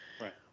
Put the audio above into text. Right